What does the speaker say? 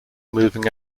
moving